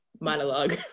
Monologue